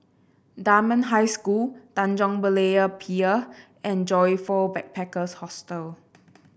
Dunman High School Tanjong Berlayer Pier and Joyfor Backpackers Hostel